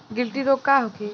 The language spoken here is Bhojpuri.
गिल्टी रोग का होखे?